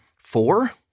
four